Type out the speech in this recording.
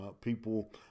people